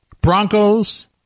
Broncos